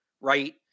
Right